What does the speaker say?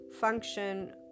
function